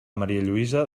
marialluïsa